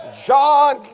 John